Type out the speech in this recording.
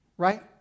Right